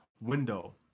window